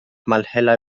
malhela